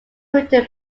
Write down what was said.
written